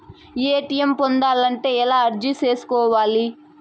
ATM పొందాలంటే ఎలా అర్జీ సేసుకోవాలి?